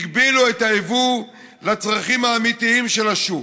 הגבילו את היבוא לצרכים האמיתיים של השוק,